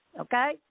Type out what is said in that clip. Okay